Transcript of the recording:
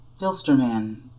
Filsterman